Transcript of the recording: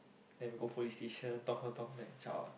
then we go police station talk talk talk then zhao lah